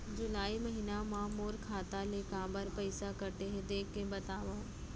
जुलाई महीना मा मोर खाता ले काबर पइसा कटे हे, देख के बतावव?